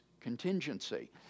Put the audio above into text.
contingency